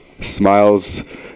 Smiles